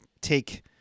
take